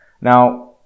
Now